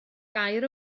gair